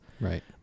Right